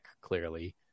clearly